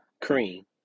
Cream